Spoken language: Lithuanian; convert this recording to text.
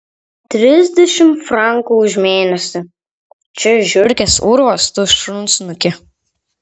trisdešimt frankų už mėnesį čia žiurkės urvas tu šunsnuki